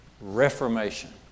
reformation